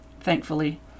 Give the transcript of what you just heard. thankfully